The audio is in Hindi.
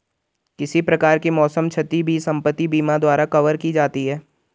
किसी प्रकार की मौसम क्षति भी संपत्ति बीमा द्वारा कवर की जाती है